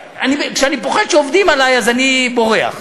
כשאני פוחד שעובדים עלי, אז אני בורח.